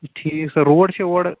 ٹھیٖک sir road چھا اورٕ